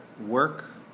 Work